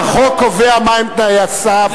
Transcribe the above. החוק קובע מה הם תנאי הסף של רופא.